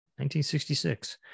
1966